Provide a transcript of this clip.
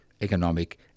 economic